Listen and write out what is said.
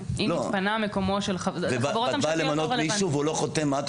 את באה למנות מישהו והוא לא חותם, מה את עושה?